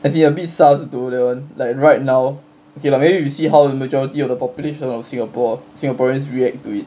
as in a bit sus though that one like right now okay lah maybe you see how the majority of the population of singapore singaporeans react to it